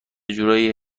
جورایی